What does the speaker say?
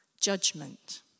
judgment